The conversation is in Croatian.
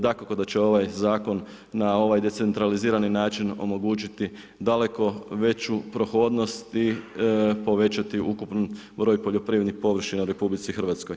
Dakako da će ovaj zakon na ovaj decentralizirani način omogućiti daleku veću prohodnost i povećati ukupno broj poljoprivrednih površina u RH.